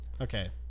Okay